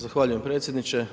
Zahvaljujem predsjedniče.